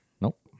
Nope